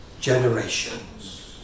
generations